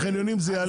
בחניונים אתם תעלו.